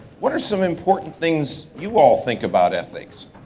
what are some important things you all think about ethics?